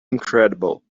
incredible